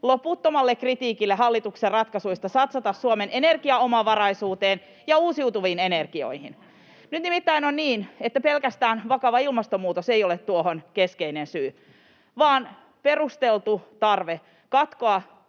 loputtomalle kritiikille hallituksen ratkaisuista satsata Suomen energiaomavaraisuuteen ja uusiutu-viin energioihin. Nyt nimittäin on niin, että pelkästään vakava ilmastonmuutos ei ole tuohon keskeinen syy, vaan syynä on perusteltu tarve katkoa